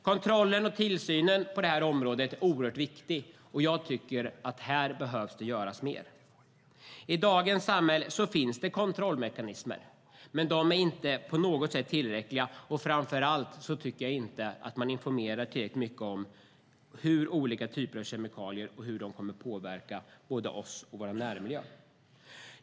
Kontrollen och tillsynen på det här området är oerhört viktig, och jag tycker att det behöver göras mer. I dagens samhälle finns det kontrollmekanismer, men de är inte på något sätt tillräckliga. Framför allt tycker jag inte att man informerar tillräckligt mycket om olika typer av kemikalier och hur de kommer att påverka både oss och vår närmiljö.